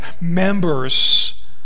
members